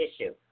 issue